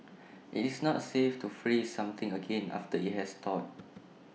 IT is not safe to freeze something again after IT has thawed